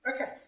Okay